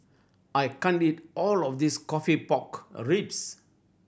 I can't eat all of this coffee pork ribs